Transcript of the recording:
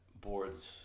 boards